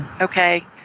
Okay